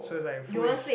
so it's like food is